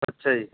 ਅੱਛਾ ਜੀ